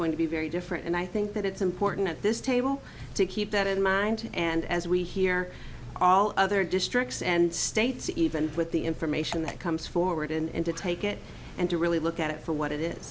going to be very different and i think that it's important at this table to keep that in mind and as we hear all other districts and states even with the information that comes forward and to take it and to really look at it for what it is